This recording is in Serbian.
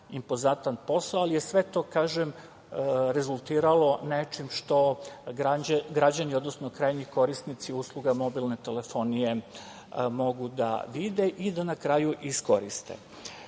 impozantan posao, ali je sve to rezultiralo nečim što građani, odnosno krajnji korisnici usluga mobilne telefonije mogu da vide i da na kraju iskoriste. Takođe,